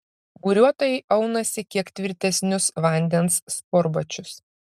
buriuotojai aunasi kiek tvirtesnius vandens sportbačius